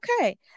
Okay